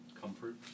Comfort